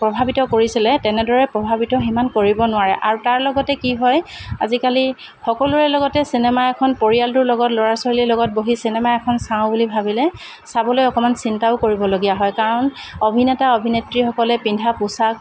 প্ৰভাৱিত কৰিছিলে তেনেদৰে প্ৰভাৱিত কৰিব নোৱাৰে আৰু তাৰ লগতে কি হয় আজিকালি সকলোৰে লগতে চিনেমা এখন পৰিয়ালটোৰ লগত ল'ৰা ছোৱালী লগত বহি চিনেমা এখন চাওঁ বুলি ভাবিলে চাবলৈ অকণমান চিন্তাও কৰিবলগা হয় কাৰণ অভিনেতা অভিনেত্ৰীসকলে পিন্ধা পোচাক